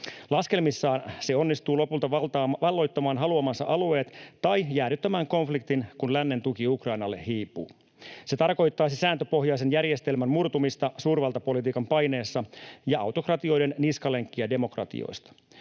Laskelmissaan se onnistuu lopulta valloittamaan haluamansa alueet tai jäädyttämään konfliktin, kun lännen tuki Ukrainalle hiipuu. Se tarkoittaisi sääntöpohjaisen järjestelmän murtumista suurvaltapolitiikan paineessa ja autokratioiden niskalenkkiä demokratioista.